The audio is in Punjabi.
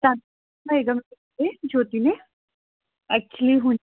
ਜੋਤੀ ਨੇ ਐਕਚੁਲੀ ਹੁਣ